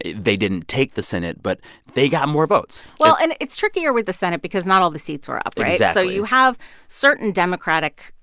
they didn't take the senate, but they got more votes well, and it's trickier with the senate because not all the seats were up, right? exactly yeah so you have certain democratic,